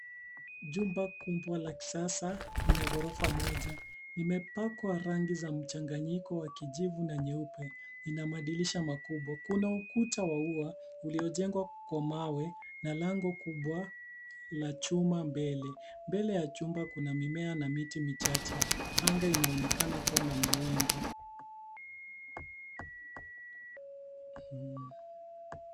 Jumba kubwa la kisasa lina ghorofa moja, limepakwa rangi za mchanganyiko wa kijivu na nyeupe. Lina madirisha makubwa. Kuna ukuta wa ua, uliojengwa kwa mawe na lango kubwa la chuma mbele. Mbele ya jumba kuna mimea na miti michache. Anga inaonekana kuwa na mawingu.